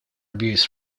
reviews